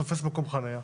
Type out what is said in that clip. תופס מקום חניה,